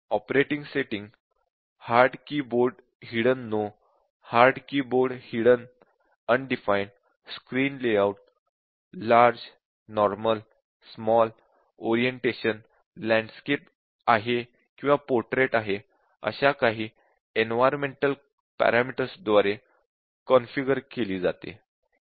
operating system HARDKEYBOARDHIDDEN NO HARDKEYBOARDHIDDEN UNDEFINED SCREENLAYOUT large normal small orientation landscape आहे किंवा portrait अशा काही environmental parameters द्वारे कॉन्फिगर केली गेली जाते